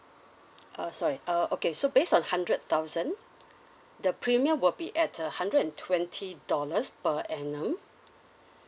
uh sorry uh okay so based on hundred thousand the premium will be at a hundred and twenty dollars per annum